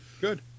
Good